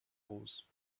rose